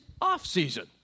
off-season